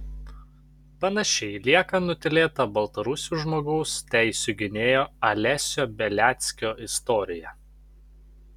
panašiai lieka nutylėta baltarusių žmogaus teisių gynėjo alesio beliackio istorija